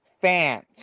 fans